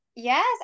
Yes